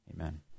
amen